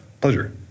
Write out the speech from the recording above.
pleasure